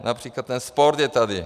Například ten sport je tady.